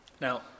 Now